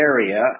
area